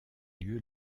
lieu